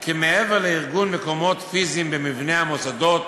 כי מעבר לארגון מקומות פיזיים במבני המוסדות